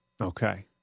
Okay